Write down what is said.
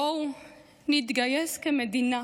בואו נתגייס כמדינה,